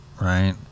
right